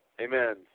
Amen